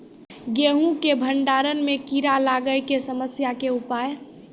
गेहूँ के भंडारण मे कीड़ा लागय के समस्या के उपाय?